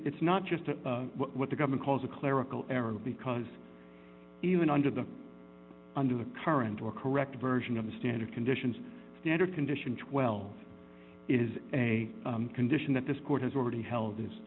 it's not just that what the government calls a clerical error because even under the under the current or correct version of the standard conditions standard condition twelve is a condition that this court has already held is